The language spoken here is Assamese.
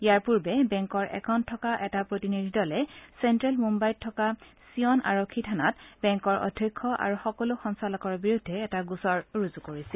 ইয়াৰ পূৰ্বে বেংকৰ একাউণ্ট থকা এটা প্ৰতিনিধি দলে চেণ্ট্ৰেল মুন্নাইত থকা চিয়ন আৰক্ষী থানাত বেংকৰ অধ্যক্ষ আৰু সকলো সঞ্চালকৰ বিৰুদ্ধে এটা গোচৰ ৰুজু কৰিছিল